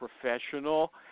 professional